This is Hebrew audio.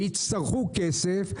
ויצטרכו כסף,